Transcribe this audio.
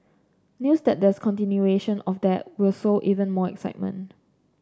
news that there's continuation of that will sow even more excitement